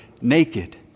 naked